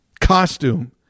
costume